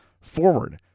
forward